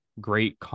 great